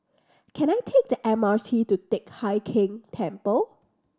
can I take the M R T to Teck Hai Keng Temple